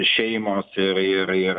šeimos ir ir ir